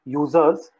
users